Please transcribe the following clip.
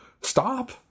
stop